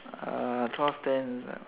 uh twelve ten